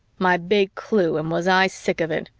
my big clue, and was i sick of it!